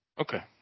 Okay